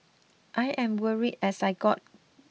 I am worried as I got